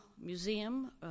museum